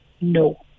No